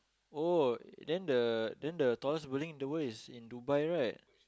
oh then the then the tallest building in the world is in Dubai right